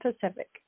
Pacific